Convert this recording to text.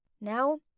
Now